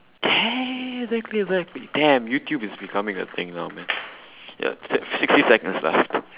ya ya ya exactly exactly damn youtube is becoming a thing now man ya six~ sixty seconds left